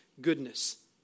goodness